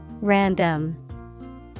Random